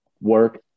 Work